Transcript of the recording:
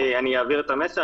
אני אעביר את המסר.